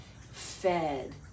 fed